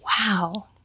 wow